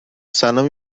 سلام